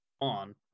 on